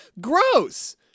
Gross